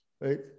right